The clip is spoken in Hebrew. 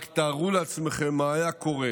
רק תארו לעצמכם מה היה קורה